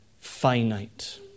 finite